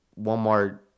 Walmart